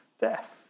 death